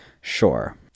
sure